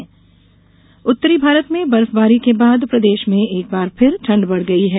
मौसम उत्तरी भारत में बर्फबारी के बाद प्रदेश में एक बार फिर ठंड बढ़ गई है